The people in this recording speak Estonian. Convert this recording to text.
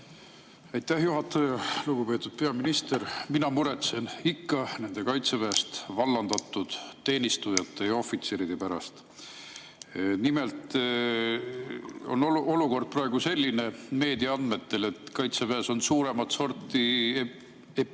Aitäh, juhataja! Lugupeetud peaminister! Mina muretsen ikka nende kaitseväest vallandatud teenistujate ja ohvitseride pärast. Nimelt on olukord praegu meedia andmetel selline, et kaitseväes on suuremat sorti epideemiapuhang,